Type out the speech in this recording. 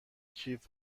کیف